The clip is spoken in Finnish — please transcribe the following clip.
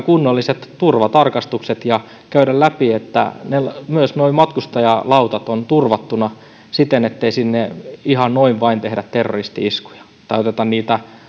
kunnolliset turvatarkastukset ja käydään läpi että myös nuo matkustajalautat ovat turvattuina siten ettei sinne ihan noin vain tehdä terroristi iskuja tai oteta niitä